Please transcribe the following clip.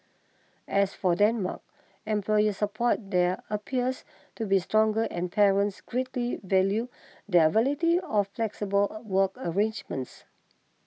as for Denmark employer support there appears to be stronger and parents greatly value there availability of flexible work arrangements